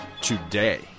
today